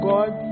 God